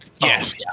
yes